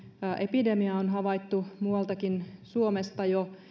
epidemia on havaittu muuallakin suomessa jo